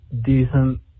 decent